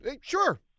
sure